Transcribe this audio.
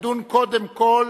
נדון קודם כול,